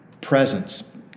presence